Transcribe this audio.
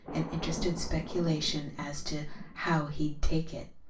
and interested speculation as to how he'd take it.